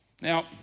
now